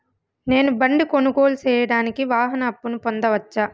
నేను బండి కొనుగోలు సేయడానికి వాహన అప్పును పొందవచ్చా?